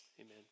amen